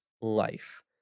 life